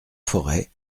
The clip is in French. forêt